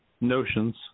notions